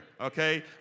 okay